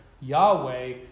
Yahweh